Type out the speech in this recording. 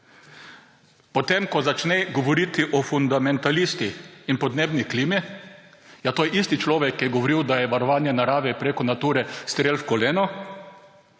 Potem ko začne govoriti o fundamentalistih in podnebni klimi, ja, to je isti človek, ki je govoril, da je varovanje narave preko Nature strel v koleno;